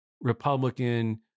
Republican